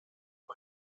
est